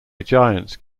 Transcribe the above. giants